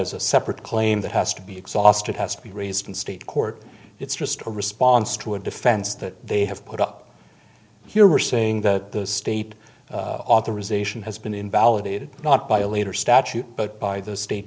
as a separate claim that has to be exhausted has to be raised in state court it's just a response to a defense that they have put up here we're saying that the state authorization has been invalidated not by a later statute but by the state